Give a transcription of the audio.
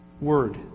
Word